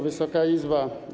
Wysoka Izbo!